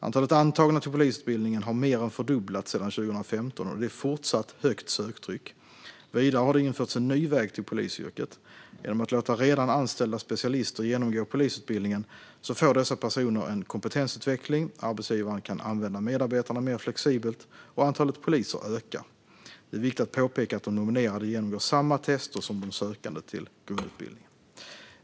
Antalet antagna till polisutbildningen har mer än fördubblats sedan 2015, och det är fortsatt högt söktryck. Vidare har det införts en ny väg till polisyrket. Genom att låta redan anställda specialister genomgå polisutbildningen får dessa personer en kompetensutveckling, arbetsgivaren kan använda medarbetarna mer flexibelt och antalet poliser ökar. Det är viktigt att påpeka att de nominerade genomgår samma tester som de sökande till grundutbildningen.